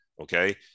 okay